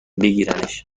بگیرنش